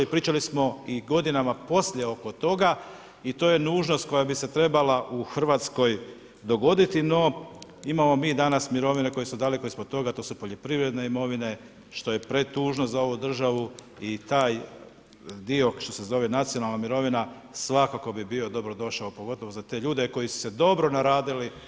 Pričali smo i godinama poslije oko toga i to je nužnost koja bi se trebala u Hrvatskoj dogoditi, no imamo mi danas mirovine koje su daleko ispod toga, to su poljoprivredne mirovine što je pretužno za ovu državu i taj dio što se zove nacionalna mirovina, svakako bi bio dobrodošao, pogotovo za te ljude koji su se dobro naradili u svom životu.